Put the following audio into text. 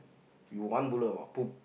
you one bullet or two